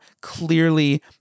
clearly